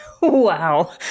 Wow